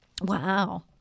Wow